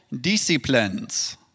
disciplines